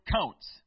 counts